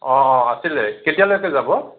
অ' অ' আছিল কেতিয়ালৈকে যাব